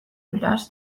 beraz